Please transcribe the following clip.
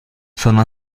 sono